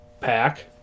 pack